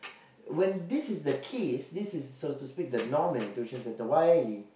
when this is the case this is supposedly the normal tuition centre why it